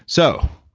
so,